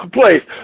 place